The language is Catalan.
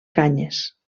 canyes